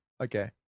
okay